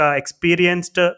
experienced